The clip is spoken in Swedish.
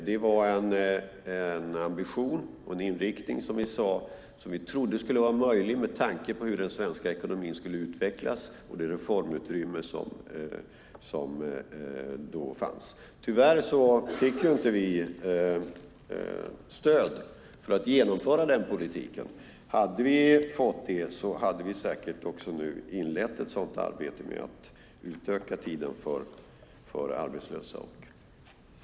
Det var en ambition och inriktning som vi trodde var möjlig med tanke på den svenska ekonomins utveckling och det reformutrymme som fanns. Tyvärr fick vi inte stöd att genomföra vår politik. Hade vi fått det skulle vi säkert ha inlett arbetet med att utöka tiden för barn till arbetslösa och föräldralediga.